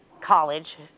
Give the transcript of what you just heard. college